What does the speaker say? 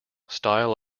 style